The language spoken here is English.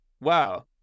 Wow